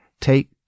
take